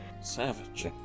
Savage